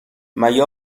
مگه